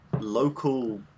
local